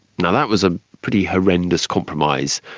and that was a pretty horrendous compromise,